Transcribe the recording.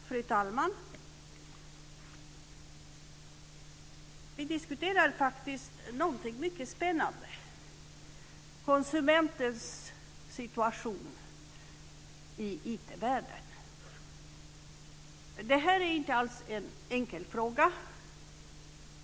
Fru talman! Vi diskuterar någonting mycket spännande, nämligen konsumentens situation i IT-världen. Det är inte alls en enkel fråga.